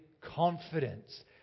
confidence